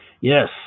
Yes